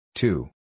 Two